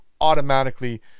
automatically